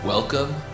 Welcome